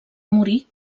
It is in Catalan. morir